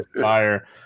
fire